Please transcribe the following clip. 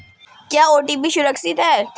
क्या ओ.टी.पी सुरक्षित है?